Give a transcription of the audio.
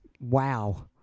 wow